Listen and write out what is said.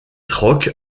rock